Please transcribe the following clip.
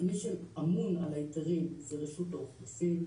מי שאמון על ההיתרים היא רשות האוכלוסין,